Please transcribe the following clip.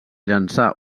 llançar